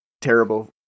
terrible